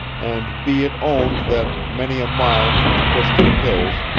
and be it owned that, many a mile from the crystal hills,